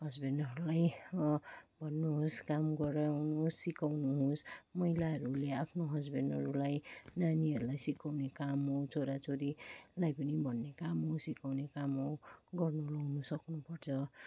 हसबेन्डहरूलाई भन्नुहोस् काम गराउनुहोस् सिकाउनुहोस् महिलाहरूले आफ्नो हसबेन्डहरूलाई नानीहरूलाई सिकाउने काम हो छोराछोरीलाई पनि भन्ने काम हो सिकाउने काम हो गर्नुलाउनु सक्नुपर्छ